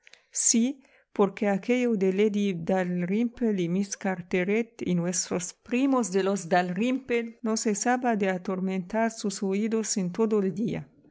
sí porque aquello de lady dalrymple y miss carteret y nuestros primos los dalrymple no cesaba de atormentar sus oídos en todo el día